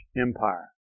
Empire